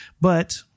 But-